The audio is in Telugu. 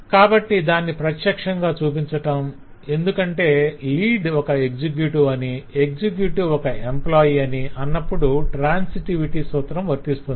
కాబట్టి దాన్ని ప్రత్యక్షంగా చూపించం ఎందుకంటే లీడ్ ఒక ఎక్సెక్యుటివ్ అని ఎక్సెక్యుటివ్ ఒక ఎంప్లాయ్ అని అన్నప్పుడు ట్రాన్సిటివిటి సూత్రం వర్తిస్తుంది